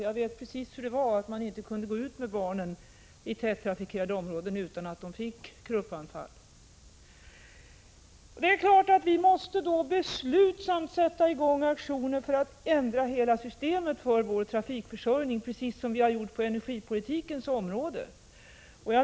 Jag vet precis hur det är — jag kunde inte gå ut med barnen i tättrafikerade områden utan att de fick kruppanfall. Vi måste då beslutsamt sätta i gång aktioner för att ändra hela systemet för vår trafikförsörjning, precis som vi har gjort på energipolitikens område.